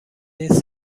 این